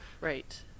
right